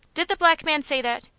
did the black man say that?